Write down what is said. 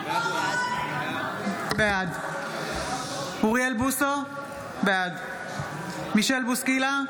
בעד אוריאל בוסו, בעד מישל בוסקילה,